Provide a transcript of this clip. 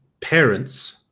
parents